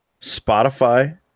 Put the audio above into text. Spotify